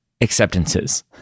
acceptances